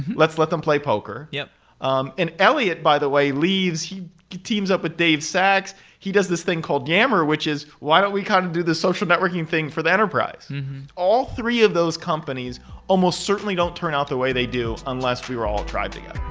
let them play poker. yeah um and elliott, by the way, he teams up with dave sachs, he does this thing called yammer which is, why don't we kind of do this social networking thing for the enterprise all three of those companies almost certainly don't turn out the way they do unless we were all driving it.